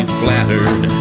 flattered